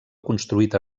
construït